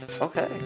Okay